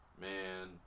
man